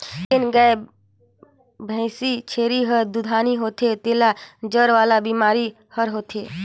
जेन गाय, भइसी, छेरी हर दुहानी होथे तेला जर वाला बेमारी हर होथे